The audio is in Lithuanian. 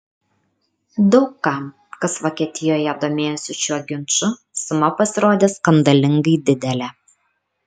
daug kam kas vokietijoje domėjosi šiuo ginču suma pasirodė skandalingai didelė